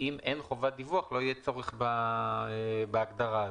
אם אין חובת דיווח לא יהיה צורך בהגדרה הזו.